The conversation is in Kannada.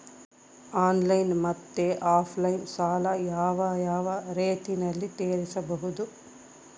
ಆನ್ಲೈನ್ ಮತ್ತೆ ಆಫ್ಲೈನ್ ಸಾಲ ಯಾವ ಯಾವ ರೇತಿನಲ್ಲಿ ತೇರಿಸಬಹುದು?